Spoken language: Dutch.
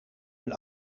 een